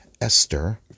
Esther